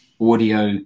audio